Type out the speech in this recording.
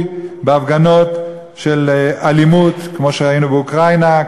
בהפגנות של אלימות כמו שראינו באוקראינה,